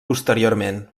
posteriorment